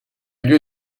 lieu